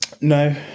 No